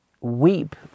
weep